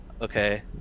okay